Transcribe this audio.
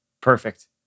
Perfect